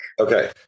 Okay